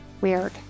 weird